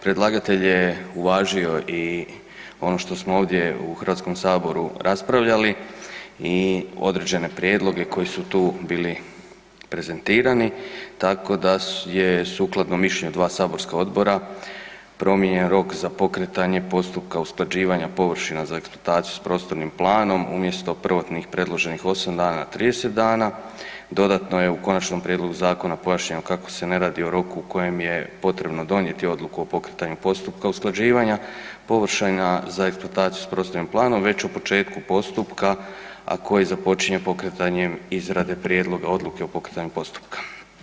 Predlagatelj je uvažio i ono što smo ovdje u Hrvatskom saboru raspravljali i određene prijedloge koje su tu bili prezentirani, tako da je sukladno mišljenju dva saborska odbora, promijenjen rok za pokretanje postupka usklađivanja površina za eksploataciju sa prostornim planom umjesto prvotnih predloženih 8 dana na 30 dana, dodatno je u konačnom prijedlogu zakona pojašnjeno kako se ne radi o roku u kojem je potrebno donijeti odluku o pokretanju postupka usklađivanja površina za eksploataciju sa prostornim planom već o početku postupka a koji započinje pokretanjem izrade prijedloga odluke o pokretanju postupka.